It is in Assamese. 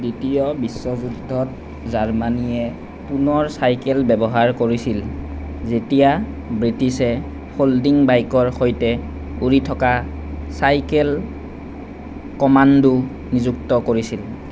দ্বিতীয় বিশ্বযুদ্ধত জাৰ্মানীয়ে পুনৰ চাইকেল ব্যৱহাৰ কৰিছিল যেতিয়া ব্ৰিটিছে ফল্ডিং বাইকৰ সৈতে উৰি থকা চাইকেল কমাণ্ডো নিযুক্ত কৰিছিল